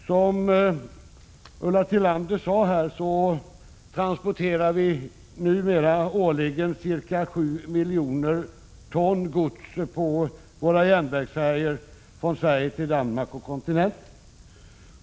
Som Ulla Tillander sade här transporterar vi numera årligen ca 7 miljoner ton gods på våra järnvägsfärjor från Sverige till Danmark och kontinenten.